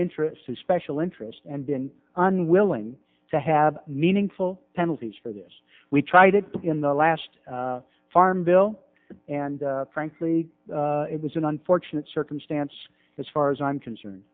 interests of special interest and been unwilling to have meaningful penalties for this we tried it in the last farm bill and frankly it was an unfortunate circumstance as far as i'm concerned